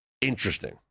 interesting